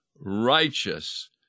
righteous